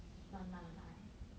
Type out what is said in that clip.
慢慢来